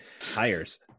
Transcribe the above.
hires